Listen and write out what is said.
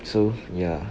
so ya